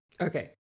Okay